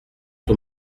ton